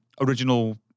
original